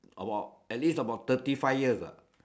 about at least about thirty five years lah